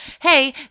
hey